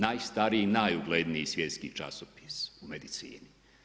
Najstariji i najugledniji svjetski časopis u medicini.